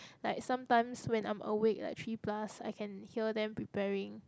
like sometimes when I'm awake like three plus I can hear them preparing